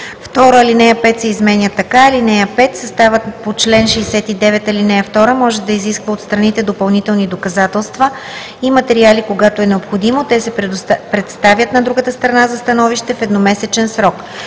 2. Ал. 5 се изменя така: „(5) Съставът по чл. 69, ал. 2 може да изисква от страните допълнителни доказателства и материали, когато е необходимо. Те се представят на другата страна за становище в едномесечен срок.“